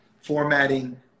formatting